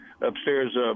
upstairs